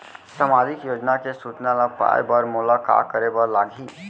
सामाजिक योजना के सूचना ल पाए बर मोला का करे बर लागही?